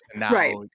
right